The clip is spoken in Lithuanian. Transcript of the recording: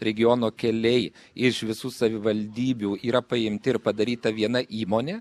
regiono keliai iš visų savivaldybių yra paimti ir padaryta viena įmonė